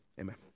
Amen